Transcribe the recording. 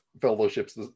fellowships